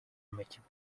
amakipe